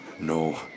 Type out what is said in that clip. No